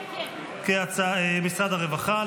משרד הרווחה,